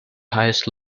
highest